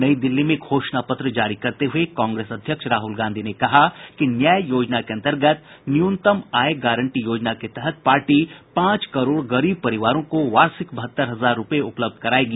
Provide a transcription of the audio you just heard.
नई दिल्ली में घोषणा पत्र जारी करते हुए कांग्रेस अध्यक्ष राहुल गांधी ने कहा कि न्याय योजना के अन्तर्गत न्यूनतम आय गारंटी योजना के तहत पार्टी पांच करोड़ गरीब परिवारों को वार्षिक बहत्तर हजार रुपये उपलब्ध करायेगी